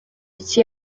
iki